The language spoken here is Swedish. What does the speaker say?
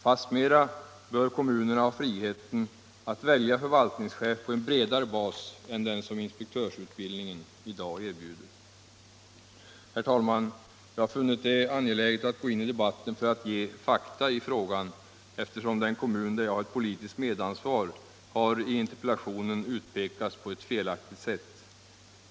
Fastmera bör kommunerna ha friheten att välja förvaltningschef på en bredare bas än den som inspektörsutbildningen i dag erbjuder. Herr talman! Jag har funnit det angeläget att gå in i debatten för att ge fakta i frågan, eftersom den kommun där jag har ett politiskt medansvar i interpellationen har utpekats på ett felaktigt sätt.